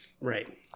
right